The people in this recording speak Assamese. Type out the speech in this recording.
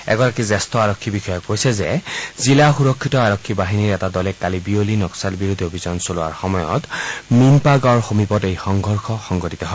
এগৰাকী জ্যেষ্ঠ আৰক্ষী বিষয়াই কৈছে যে জিলা সুৰক্ষিত আৰক্ষী বাহিনীৰ এটা দলে কালি বিয়লি নক্সাল বিৰোধী অভিযান চলোৱাৰ সময়ত মীনপা গাঁৱৰ সমীপত এই সংঘৰ্ষ সংঘটিত হয়